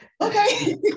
okay